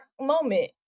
moment